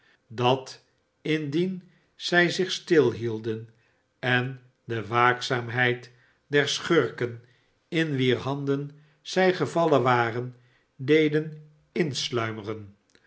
dat indien zij zich stilhielden en de waakzaamheid der schurken in wier handen zij gevallen waren deden insluimeren